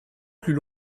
plus